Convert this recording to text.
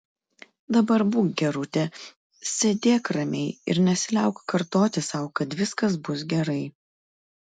dabar būk gerutė sėdėk ramiai ir nesiliauk kartoti sau kad viskas bus gerai